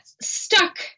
stuck